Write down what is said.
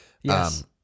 Yes